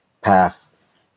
path